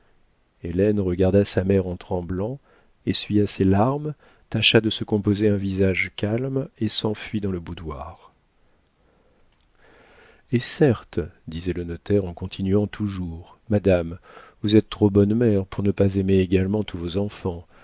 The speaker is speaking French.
hélène regarda sa mère en tremblant essuya ses larmes tâcha de se composer un visage calme et s'enfuit dans le boudoir et certes disait le notaire en continuant toujours madame vous êtes trop bonne mère pour ne pas aimer également tous vos enfants